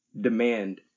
demand